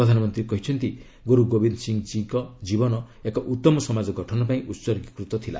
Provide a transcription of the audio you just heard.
ପ୍ରଧାନମନ୍ତ୍ରୀ କହିଛନ୍ତି ଗୁରୁ ଗୋବିନ୍ଦ ସିଂହଙ୍କ ଜୀବନ ଏକ ଉତ୍ତମ ସମାଜ ଗଠନ ପାଇଁ ଉତ୍ଗୀକୃତ ଥିଲା